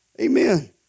Amen